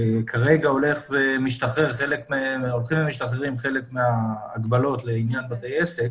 כרגע הולכות ומשתחררות חלק מההגבלות לעניין בתי עסק,